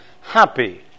happy